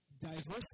diversity